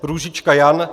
Růžička Jan